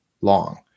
long